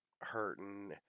hurting